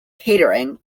catering